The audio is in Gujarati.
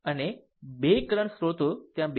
અને 2 કરંટ સ્ત્રોતો ત્યાં 2